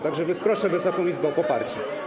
Także więc proszę Wysoką Izbę o poparcie.